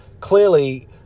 clearly